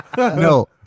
No